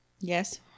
Yes